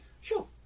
Sure